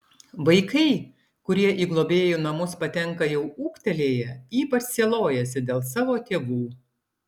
vaikai kurie į globėjų namus patenka jau ūgtelėję ypač sielojasi dėl savo tėvų